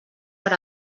per